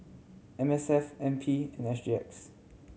M S F N P and S G X